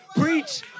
preach